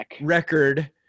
record